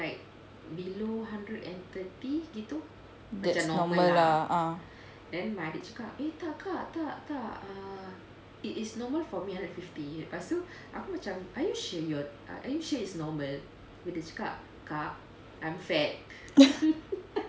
that's normal ah ah